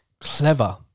clever